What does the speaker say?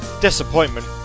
Disappointment